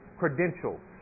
credentials